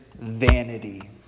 vanity